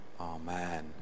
Amen